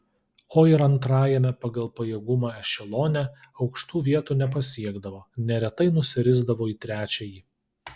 o ir antrajame pagal pajėgumą ešelone aukštų vietų nepasiekdavo neretai nusirisdavo į trečiąjį